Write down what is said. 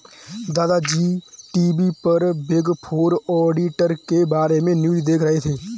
दादा जी टी.वी पर बिग फोर ऑडिटर के बारे में न्यूज़ देख रहे थे